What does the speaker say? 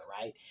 right